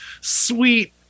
sweet